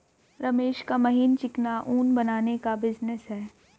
रमेश का महीन चिकना ऊन बनाने का बिजनेस है